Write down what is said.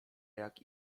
jak